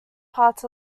parts